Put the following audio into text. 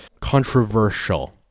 controversial